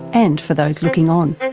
and for those looking on.